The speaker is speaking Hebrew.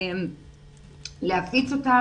להפיץ אותה